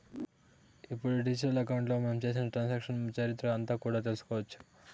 ఇప్పుడు డిజిటల్ అకౌంట్లో మనం చేసిన ట్రాన్సాక్షన్స్ చరిత్ర అంతా కూడా తెలుసుకోవచ్చు